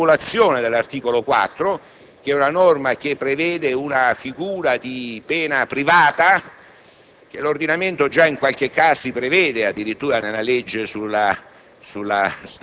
c'è una riformulazione dell'articolo 4, che è una norma che prevede una figura di pena privata che l'ordinamento già in qualche caso prevede (addirittura nella legge sulla